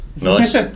Nice